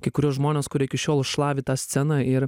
kai kuriuos žmones kurie iki šiol šlavė tą sceną ir